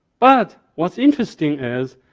but what's interesting is,